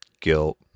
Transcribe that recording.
guilt